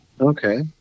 Okay